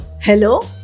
hello